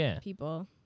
people